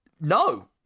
No